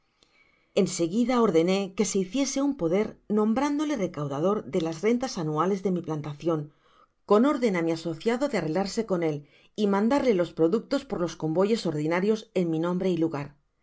seguida ordené que se hiciese un poder nombrándole recaudador de las rentas anuales de mi plantacion cen orden á mi asociado de arreglarse con él y mandarle los productos por los convoyes ordinarios en mi nombre y lugar